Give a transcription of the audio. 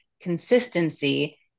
consistency